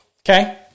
okay